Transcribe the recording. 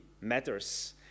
matters